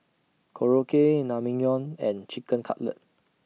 Korokke Naengmyeon and Chicken Cutlet